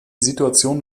situation